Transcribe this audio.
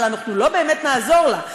אבל אנחנו לא באמת נעזור לה.